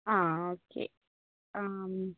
ആ ഒക്കെ ആ